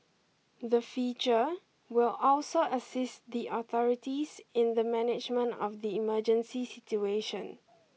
the feature will also assist the authorities in the management of the emergency situation